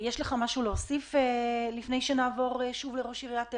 יש לך מה להוסיף לפני שנעבור שוב לראש עיריית אילת?